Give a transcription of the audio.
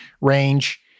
range